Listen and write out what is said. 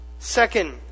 second